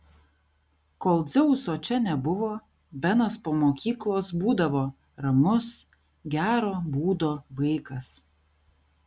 kol dzeuso čia nebuvo benas po mokyklos būdavo ramus gero būdo vaikas